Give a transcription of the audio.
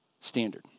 standard